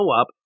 up